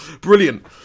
Brilliant